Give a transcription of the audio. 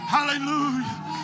Hallelujah